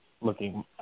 looking